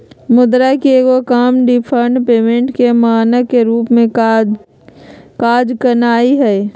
मुद्रा के एगो काम डिफर्ड पेमेंट के मानक के रूप में काज करनाइ हइ